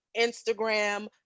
Instagram